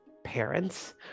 parents